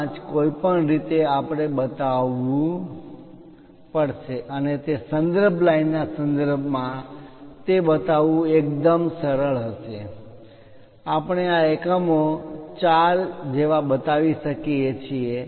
5 કોઈપણ રીતે આપણે બતાવવું પડશે અને તે સંદર્ભ લાઇનના સંદર્ભમાં તે બતાવવું એકદમ સરળ હશે આપણે આ એકમો 4 જેવા બતાવી શકીએ છીએ